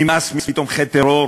נמאס מתומכי טרור